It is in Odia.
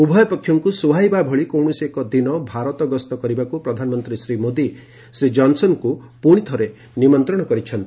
ଉଭୟ ପକ୍ଷଙ୍କୁ ସୁହାଇବା ଭଳି କୌଣସି ଏକ ଦିନ ଭାରତ ଗସ୍ତ କରିବାକୁ ପ୍ରଧାନମନ୍ତ୍ରୀ ମୋଦୀ ଶ୍ରୀ ଜନ୍ସନ୍ଙ୍କୁ ପୁଣିଥରେ ନିମନ୍ତ୍ରଣ କରିଛନ୍ତି